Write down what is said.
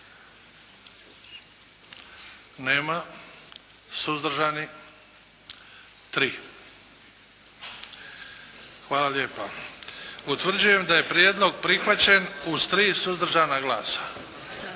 Nema. Suzdržani? Tri. Hvala lijepa. Utvrđujem da je prijedlog prihvaćen uz tri suzdržana glasa